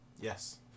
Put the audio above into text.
Yes